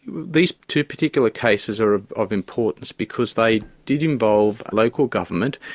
these two particular cases are of importance, because they did involve local government.